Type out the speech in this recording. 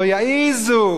לא יעזו